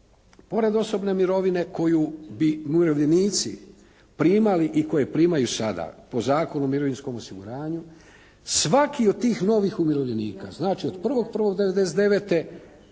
Pored osobne mirovine koju bi umirovljenici primali i koje primaju sada po Zakonu o mirovinskom osiguranju, svaki od tih novih umirovljenika znači, od 1.1.'99.